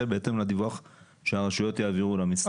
בהתאם לדיווח שהרשויות יעבירו למשרד.